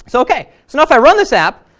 so okay, now if i run this app,